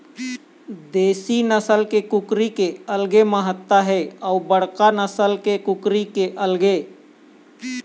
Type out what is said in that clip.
देशी नसल के कुकरी के अलगे महत्ता हे अउ बड़का नसल के कुकरी के अलगे